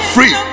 Free